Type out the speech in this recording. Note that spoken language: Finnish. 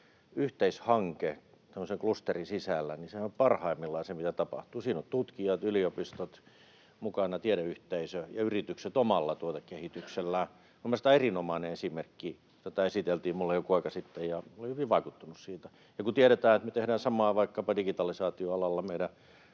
tämmöisen klusterin sisällähän on parhaimmillaan se, mitä tapahtuu. Siinä ovat mukana tutkijat, yliopistot, tiedeyhteisö ja yritykset omalla tuotekehityksellään. Minun mielestä tämä on erinomainen esimerkki. Tätä esiteltiin minulle joku aika sitten, ja olin hyvin vaikuttunut siitä. Tiedetään, että me tehdään samaa vaikkapa digitalisaatioalalla,